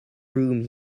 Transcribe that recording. room